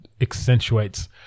accentuates